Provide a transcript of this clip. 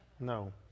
No